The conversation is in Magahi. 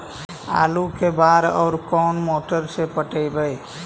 आलू के बार और कोन मोटर से पटइबै?